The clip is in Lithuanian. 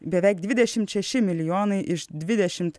beveik dvidešim šeši milijonai iš dvidešim